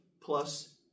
plus